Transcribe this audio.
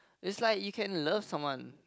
it's like you can love someone